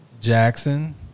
Jackson